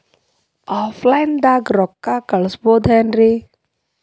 Offline ದಾಗ ರೊಕ್ಕ ಕಳಸಬಹುದೇನ್ರಿ?